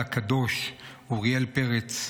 הקדוש אוריאל פרץ,